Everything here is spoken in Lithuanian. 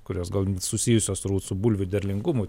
kurios gal susijusios turbūt su bulvių derlingumu